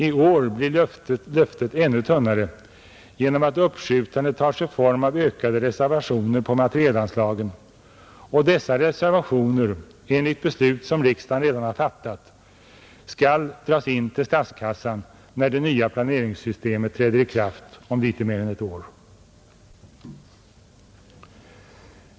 I år blir löftet ännu tunnare genom att uppskjutandet tar sig form av ökade reservationer på materielanslagen, och dessa reservationer skall enligt beslut som riksdagen redan har fattat dras in till statskassan när det nya planeringssystemet träder i kraft om litet mer än ett år.